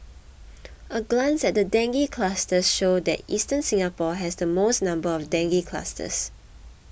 a glance at the dengue clusters show that eastern Singapore has the most number of dengue clusters